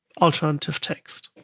alternative text.